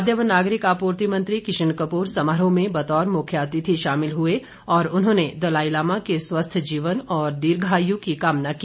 खाद्य व नागरिक आपूर्ति मंत्री किशन कपूर समारोह में बतौर मुख्य अतिथि शामिल हुए और उन्होंने दलाई लामा के स्वस्थ जीवन और दीर्घायु की कामना की